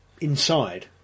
inside